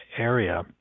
area